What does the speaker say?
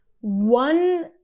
one